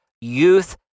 youth